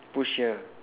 push here